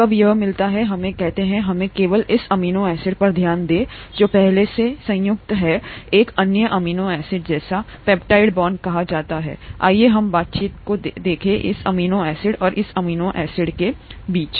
कब यह मिलता है हम कहते हैं हमें केवल इस अमीनो एसिड पर ध्यान दें जो पहले से संयुक्त है एक अन्य एमिनो एसिड जिसे पेप्टाइड बॉन्ड कहा जाता हैआइए हम बातचीत को देखें इस अमीनो एसिड और इस अमीनो एसिड के बीच